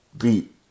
beat